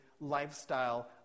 lifestyle